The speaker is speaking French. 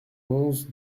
onze